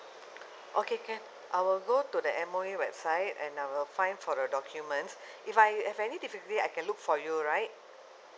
okay can I'll go to the M_O_E website and I'll find for the documents if I if I meet difficulty I can look for you right